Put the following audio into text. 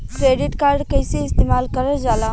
Credit card कईसे इस्तेमाल करल जाला?